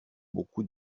beaucoup